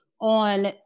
on